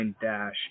dash